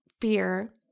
fear